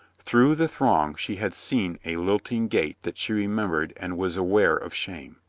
through the throng she had seen a lilting gait that she remembered and was aware of shame.